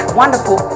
wonderful